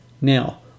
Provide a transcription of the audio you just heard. Now